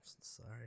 sorry